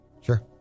Sure